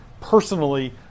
personally